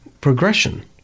progression